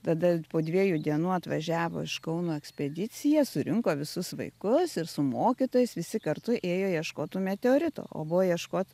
tada po dviejų dienų atvažiavo iš kauno ekspedicija surinko visus vaikus ir su mokytojais visi kartu ėjo ieškot tų meteoritų o buvo ieškot